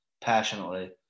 passionately